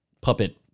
puppet